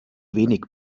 wenig